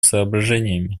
соображениями